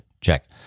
check